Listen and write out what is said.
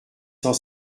cent